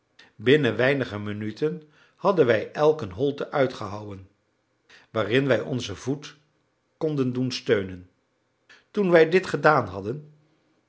binnen weinige minuten hadden wij elk een holte uitgehouwen waarin wij onzen voet konden doen steunen toen wij dit gedaan hadden